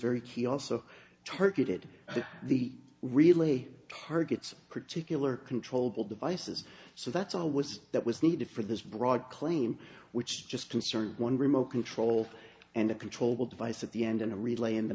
very key also targeted to the really targets particular controllable devices so that's all was that was needed for this broad claim which just concerned one remote control and a control device at the end and a relay in the